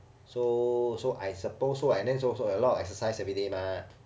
so so I suppose so and then it's also a lot of exercise everyday mah